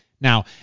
Now